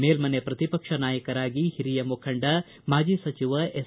ಮೇಲ್ಮನೆ ಪ್ರತಿಪಕ್ಷ ನಾಯಕರಾಗಿ ಹಿರಿಯ ಮುಖಂಡ ಮಾಜಿ ಸಚಿವ ಎಸ್